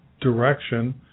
direction